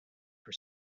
for